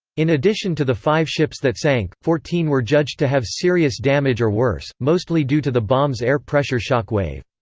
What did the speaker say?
in addition to the five ships that sank, fourteen were judged to have serious damage or worse, mostly due to the bomb's air-pressure shock wave.